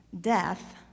Death